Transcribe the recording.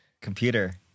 Computer